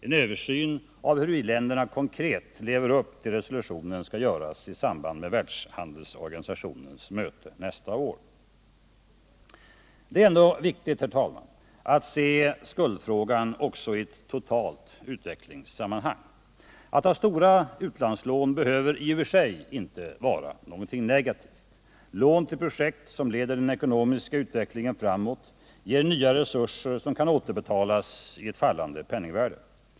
En översyn av hur i-länderna konkret lever upp till resolutionen skall göras i samband med världshandelsorganisationens möte nästa år. Herr talman! Det är ändå viktigt att se skuldfrågan också i ett totalt utvecklingssammanhang. Att ha stora utlandslån behöver i och för sig inte vara någonting negativt. Lån till projekt som leder den ekonomiska utvecklingen framåt ger nya resurser och kan återbetalas i ett fallande penningvärde.